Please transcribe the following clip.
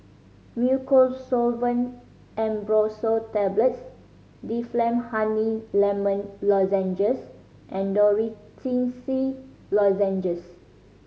Mucosolvan Ambroxol Tablets Difflam Honey Lemon Lozenges and Dorithricin Lozenges